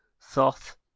Thoth